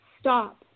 stop